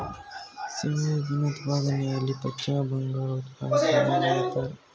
ಸೆಣಬಿನ ಉತ್ಪಾದನೆಯಲ್ಲಿ ಪಶ್ಚಿಮ ಬಂಗಾಳ ಉತ್ತಮ ಸಾಧನೆ ಮಾಡತ್ತದೆ